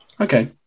Okay